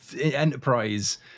Enterprise